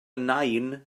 nain